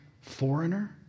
foreigner